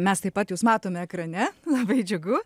mes taip pat jus matome ekrane labai džiugu